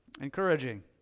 encouraging